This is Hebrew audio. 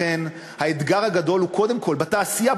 האתגר הוא קודם כול בתעשייה,